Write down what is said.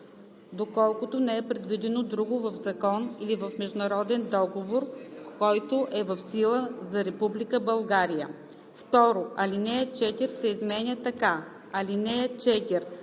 доколкото не е предвидено друго в закон или в международен договор, който е в сила за Република България.“ 2. Алинея 4 се изменя така: